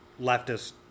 leftist